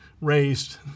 raised